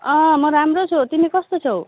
अँ म राम्रो छु तिमी कस्तो छौ